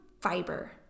fiber